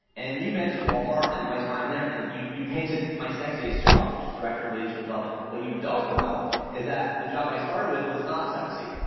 and you mentioned walmart and my time there. and you you painted my sexiest job, which is director of leadership development. what you don't know is that the job i started with was not sexy.